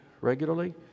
regularly